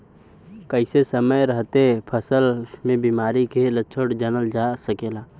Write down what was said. कइसे समय रहते फसल में बिमारी के लक्षण जानल जा सकेला?